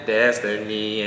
Destiny